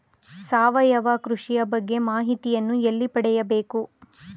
ಸಾವಯವ ಕೃಷಿಯ ಬಗ್ಗೆ ಮಾಹಿತಿಯನ್ನು ಎಲ್ಲಿ ಪಡೆಯಬೇಕು?